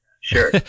Sure